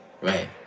Right